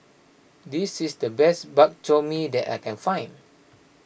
this is the best Bak Chor Mee that I can find